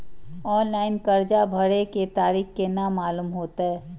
Online कर्जा भरे के तारीख केना मालूम होते?